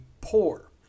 poor